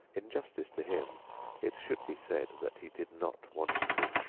in justice to him it should be said that he did not want to.